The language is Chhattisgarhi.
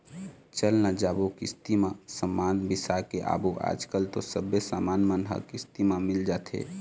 चल न जाबो किस्ती म समान बिसा के आबो आजकल तो सबे समान मन ह किस्ती म मिल जाथे